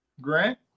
Grant